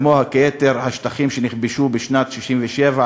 כיתר השטחים שנכבשו בשנת 1967,